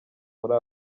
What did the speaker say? muri